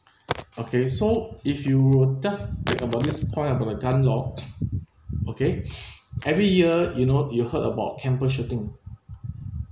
okay so if you will just take about this point of a gun law okay every year you know you heard about campus shooting